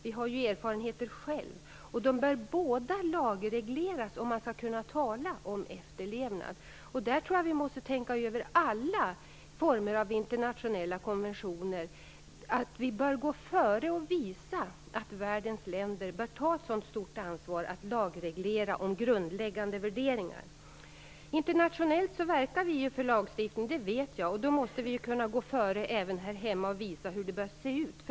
Vi har erfarenheter själva. De bör lagregleras om man skall kunna tala om efterlevnad. Där tror jag att vi måste tänka över alla former av internationella konventioner, vi bör gå före och visa att världens länder bör ta ett så stort ansvar att lagreglera om grundläggande värderingar. Internationellt verkar vi för lagstiftning, det vet jag, och då måste vi kunna gå före även här hemma och visa hur det bör se ut.